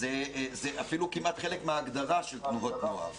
זה אפילו כמעט חלק מההגדרה של תנועות הנוער.